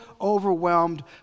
overwhelmed